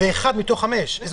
זו הסתייגות אחת מתוך חמש.